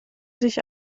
sich